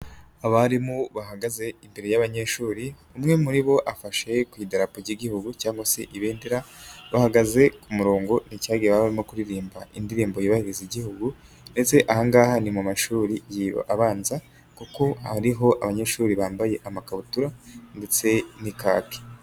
Abarimu bahagaze imbere y'abanyeshuri, umwe muri bo afashe ku idarapo ry'igihugu cyangwa se ibendera, bahagaze ku murongo ni cyagihe baba barimo kuririmba indirimbo yubahiriza igihugu, ndetse aha ngaha ni mu mashuri abanza, kuko hariho abanyeshuri bambaye amakabutura ndetse n'ikaki.